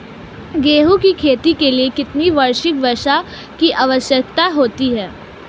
गेहूँ की खेती के लिए कितनी वार्षिक वर्षा की आवश्यकता होती है?